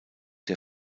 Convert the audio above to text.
der